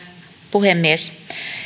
puhemies